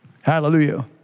Hallelujah